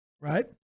right